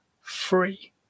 free